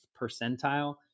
percentile